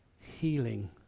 healing